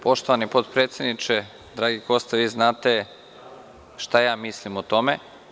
Poštovani potpredsedniče, dragi Kosta, vi znate šta ja mislim o tome.